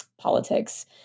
politics